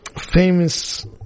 famous